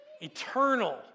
eternal